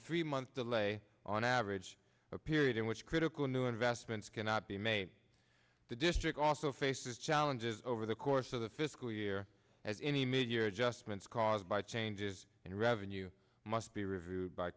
three month delay on average a period in which critical new investments cannot be made the district also faces challenges over the course of the fiscal year as any mid year adjustments caused by changes in revenue must be reviewed by